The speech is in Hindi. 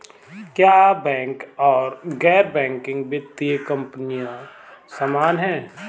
क्या बैंक और गैर बैंकिंग वित्तीय कंपनियां समान हैं?